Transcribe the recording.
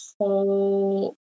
whole